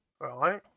Right